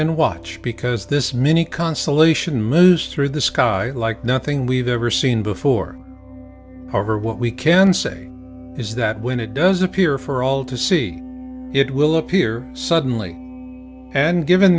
and watch because this mini constellation moves through the sky like nothing we've ever seen before however what we can say is that when it does appear for all to see it will appear suddenly we and given